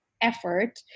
effort